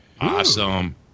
Awesome